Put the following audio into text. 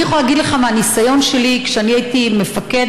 אני יכולה להגיד לך מהניסיון שלי שכשאני הייתי מפקדת,